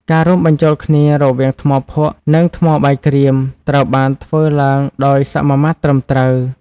ការរួមបញ្ចូលគ្នារវាងថ្មភក់ និងថ្មបាយក្រៀមត្រូវបានធ្វើឡើងដោយសមាមាត្រត្រឹមត្រូវ។